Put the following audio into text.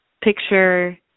picture